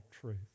truth